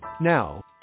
Now